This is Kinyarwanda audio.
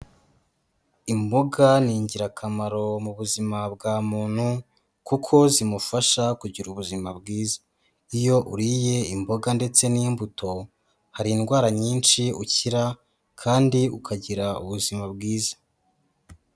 Imboga ni ingirakamaro mu buzima bwa muntu kuko zimufasha kugira ubuzima bwiza, iyo uriye imboga ndetse n'imbuto hari indwara nyinshi ukira kandi ukagira ubuzima bwiza.